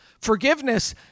Forgiveness